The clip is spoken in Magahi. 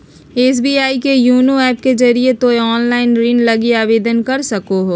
एस.बी.आई के योनो ऐप के जरिए तोय ऑनलाइन ऋण लगी आवेदन कर सको हो